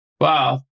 Wow